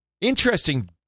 Interesting